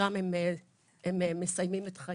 שם הם מסיימים את חייהם.